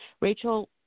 Rachel